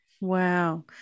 Wow